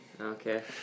Okay